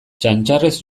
txantxarrez